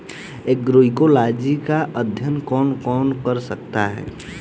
Agroecology का अध्ययन कौन कौन कर सकता है?